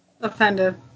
offended